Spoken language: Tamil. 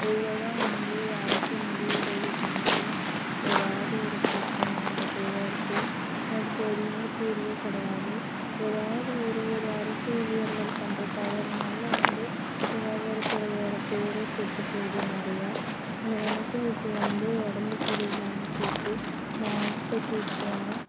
எவ்வளோ தான் வந்து அரசு நிதி உதவி பண்ணாலும் ஏதாவது ஒரு பிரச்சனை வந்துட்டே தான் இருக்குது அதுக்கு எதுவும் தீர்வே கிடையாது ஏதாவது ஒரு ஒரு அரசு ஊழியர்கள் பண்ணுற தவறுனால வந்து சுகாதாரத்துறையோட பேரே கெட்டுபோது நிறைய எனக்கும் இப்போ வந்து உடம்பு சரி இல்லாமல் போச்சு நான் ஹாஸ்பிட்டல் போனேன்